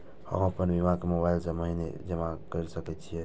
हम आपन बीमा के मोबाईल से महीने महीने जमा कर सके छिये?